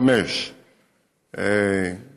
7.5